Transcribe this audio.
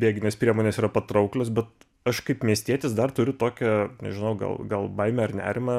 bėginės priemonės yra patrauklios bet aš kaip miestietis dar turiu tokią nežinau gal gal baimę ar nerimą